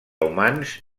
humans